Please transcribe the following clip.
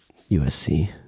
USC